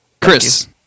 Chris